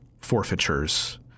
forfeitures